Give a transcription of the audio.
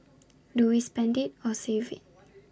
do we spend IT or save IT